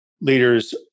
leaders